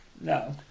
no